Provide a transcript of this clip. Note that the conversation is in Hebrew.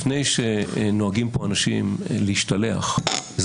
לפני שנוהגים פה אנשים להשתלח בעובדי מדינה,